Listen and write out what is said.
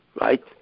right